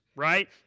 right